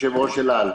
יושב-ראש אל-על.